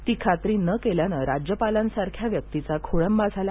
ती खात्री न केल्याने राज्यपालांसारख्या व्यक्तीचा खोळंबा झाला